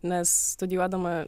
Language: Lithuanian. nes studijuodama